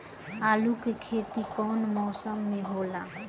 आलू के खेती कउन मौसम में होला?